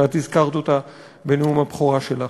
שאת הזכרת אותה בנאום הבכורה שלך.